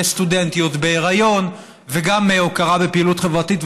לסטודנטיות בהיריון וגם הוקרה של פעילות חברתית.